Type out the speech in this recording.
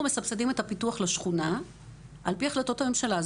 אנחנו מסבסדים את הפיתוח לשכונה על פי החלטות הממשלה.